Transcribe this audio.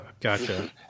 Gotcha